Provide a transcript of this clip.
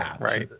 right